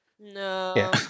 No